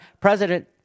President